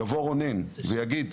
יבוא רונן ויגיד: